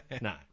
No